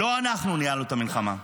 "לא אנחנו ניהלנו את המלחמה,